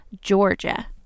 Georgia